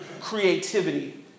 creativity